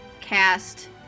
cast